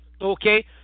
Okay